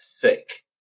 thick